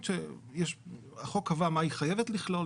כמה מבנים ניתן לחבר לחשמל לפי התוכניות שהוגשו עד רגע זה,